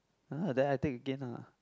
!huh! then I take again lah